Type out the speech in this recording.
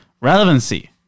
relevancy